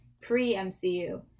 pre-MCU